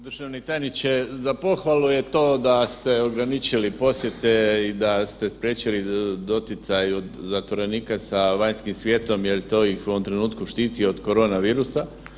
Državni tajniče, za pohvalu je to da ste ograničili posjete i da ste spriječili doticaj zatvorenika sa vanjskim svijetom jel to ih u ovom trenutku štiti od korona virusa.